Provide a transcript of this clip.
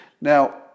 Now